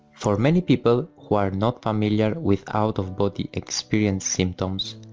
for many people who are not familiar with out of body experience symptoms,